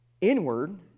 inward